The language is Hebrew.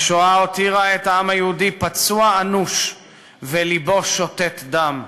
השואה הותירה את העם היהודי פצוע אנוש ולבו שותת דם.